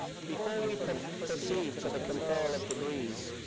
before we we proceed to the conferral of degrees,